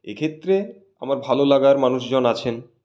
এক্ষেত্রে আমার ভালো লাগার মানুষজন আছেন